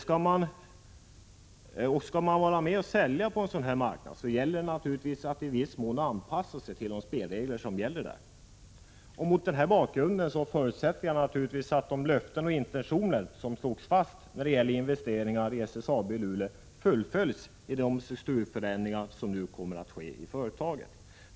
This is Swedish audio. Skall man vara med och sälja på en sådan marknad, gäller det att i viss mån anpassa sig till de spelregler som gäller där. Mot denna bakgrund förutsätter jag naturligtvis att de löften och intentioner som slogs fast när det gäller investeringar i SSAB i Luleå fullföljs i de strukturförändringar som nu kommer att ske i företaget.